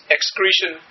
Excretion